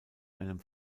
einem